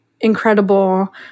incredible